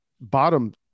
bottom